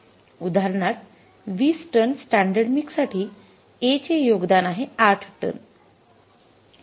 उदाहरणार्थ २० ton standard mix साठी A चे योगदान आहे ८ टन